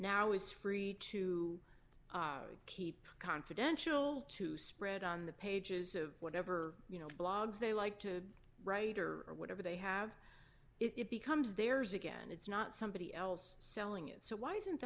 now is free to keep confidential to spread on the pages of whatever you know blogs they like to write or whatever they have it becomes theirs again it's not somebody else selling it so why isn't